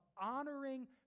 honoring